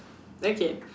okay